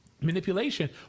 manipulation